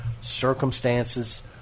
circumstances